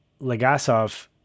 Legasov